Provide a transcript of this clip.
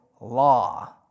law